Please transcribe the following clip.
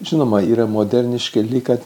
žinoma yra moderniška lyg kad